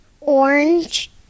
orange